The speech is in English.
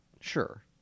Sure